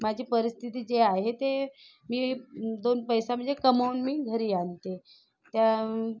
माझी परिस्थिती जी आहे ते मी दोन पैसे म्हणजे कमवून मी घरी आणते तर